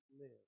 live